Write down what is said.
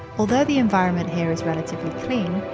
although the environment here is relatively clean,